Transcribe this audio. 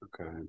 Okay